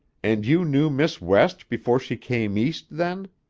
and you knew miss west before she came east, then?